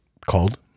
called